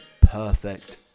perfect